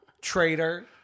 Traitor